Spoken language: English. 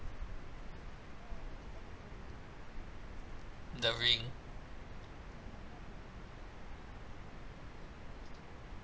the ring